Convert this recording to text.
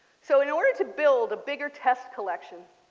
so in order to build a bigger test collection